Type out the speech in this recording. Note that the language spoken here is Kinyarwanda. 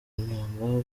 imyuga